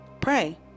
pray